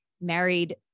married